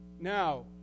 Now